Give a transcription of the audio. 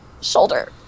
shoulder